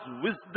wisdom